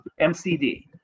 MCD